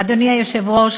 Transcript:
היושב-ראש,